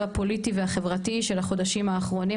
הפוליטי והחברתי של החודשים האחרונים,